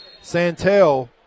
Santel